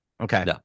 Okay